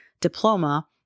diploma